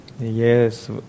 Yes